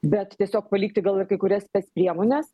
bet tiesiog palikti gal ir kai kurias spec priemones